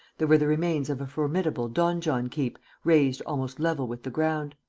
there were the remains of a formidable donjon-keep razed almost level with the ground.